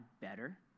better